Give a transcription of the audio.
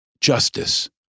justice